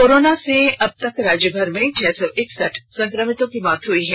corona से अब तक राज्यभर में छह सौ इकसठ संक्रमितों की मौत हो चुकी है